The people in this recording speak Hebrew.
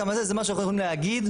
זה משהו שאנחנו יכולים להגיד,